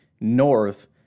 North